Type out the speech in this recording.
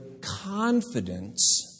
confidence